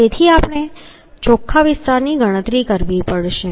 જેથી આપણે ચોખ્ખા વિસ્તારની ગણતરી કરવી પડશે